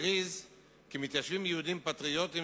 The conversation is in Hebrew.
תכריז כי מתיישבים יהודים פטריוטים,